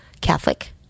Catholic